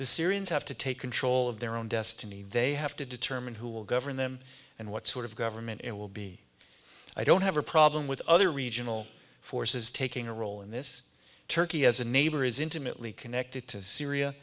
the syrians have to take control of their own destiny they have to determine who will govern them and what sort of government it will be i don't have a problem with other regional forces taking a role in this turkey as a neighbor is intimately connected to syria